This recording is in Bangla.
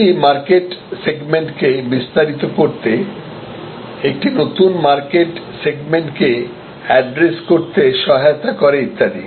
এটি মার্কেট সেগমেন্ট কে বিস্তারিত করতে একটি নতুন মার্কেট সেগমেন্ট কে অ্যাড্রেস করতে সহায়তা করে ইত্যাদি